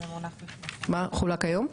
מה חולק היום?